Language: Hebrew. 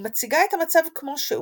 היא מציגה את המצב כמו שהוא,